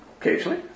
occasionally